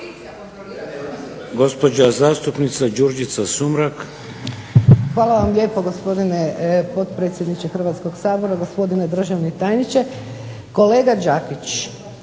Hvala vam lijepo gospodine potpredsjedniče Hrvatskog sabora, gospodine državni tajniče. Kolega Đakić,